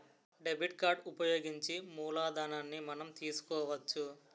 debit card ఉపయోగించి మూలధనాన్ని మనం తీసుకోవచ్చు